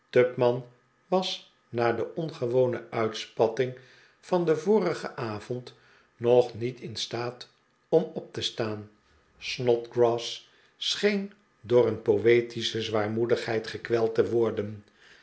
tupman was na de ongewone uitspatting van den vorigen avond nog niet in staat om op te staan snodgrass scheen door een poetische zwaarmoedigheid gekweld te worden